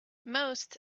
most